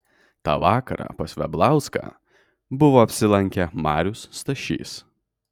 tą vakarą pas veblauską buvo apsilankę marius stašys